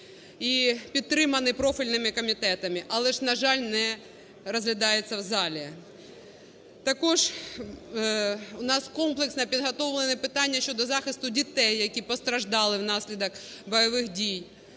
і підтримані профільними комітетами. Але ж, на жаль, не розглядаються в залі. Також у нас комплексно підготовлено питання щодо захисту дітей, які постраждали внаслідок бойових дій.